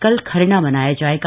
कल खरना मनाया जाएगा